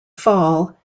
fall